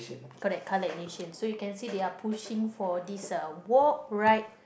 correct car lite nation so you can see they are pushing for this uh walk ride